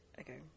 Okay